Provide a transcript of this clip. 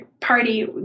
party